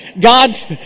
God's